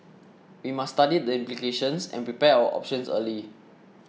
we must study the implications and prepare our options early